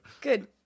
Good